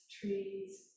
trees